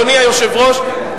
אדוני היושב-ראש,